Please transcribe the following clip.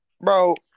Bro